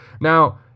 Now